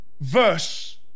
verse